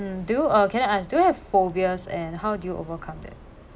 mm do you uh can I ask do you have phobias and how do you overcome that